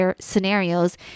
scenarios